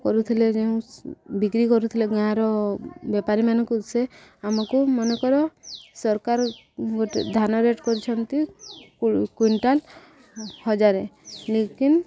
କରୁଥିଲେ ଯେଉଁ ବିକ୍ରି କରୁଥିଲେ ଗାଁର ବେପାରୀମାନେଙ୍କୁ ସେ ଆମକୁ ମନେକର ସରକାର ଗୋଟେ ଧାନ ରେଟ୍ କରୁଛନ୍ତି କୁଇଣ୍ଟାଲ୍ ହଜାର ଲେକିନ୍